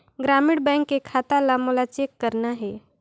ग्रामीण बैंक के खाता ला मोला चेक करना हे?